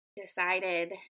decided